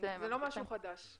זה לא משהו חדש.